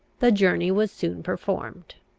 the journey was soon performed.